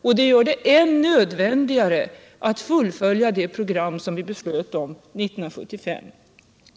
Detta gör det än nödvändigare att fullfölja det program vi beslöt om 1975.